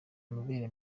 amabere